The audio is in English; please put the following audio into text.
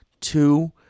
Two